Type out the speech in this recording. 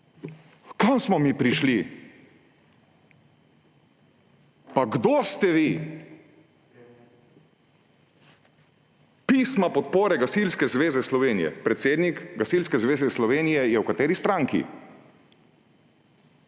Kam smo mi prišli? Pa kdo ste vi?! Pisma podpore Gasilske zveze Slovenije. Predsednik Gasilske zveze Slovenije je – v kateri stranki?